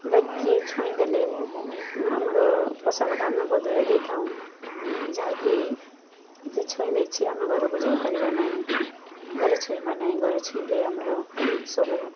ବା କିଏ ଛୁଇଁ ଦେଲେ ନା ଆମର ପୋଷାକଟା ଆମେ ବଦଳେଇ ଦେଇଥାଉଁ ଯାହାକି ସେ ଛୁଇଁ ଦେଇଛି ଆମେ ଘରକୁ ଯାଇପାରିବା ନାହିଁ ଘରେ ଛୁଇଁବା ନାହିଁ ଘରେ ଛୁଇଁଲେ ଆମର ସବୁ